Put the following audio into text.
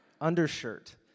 undershirt